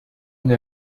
une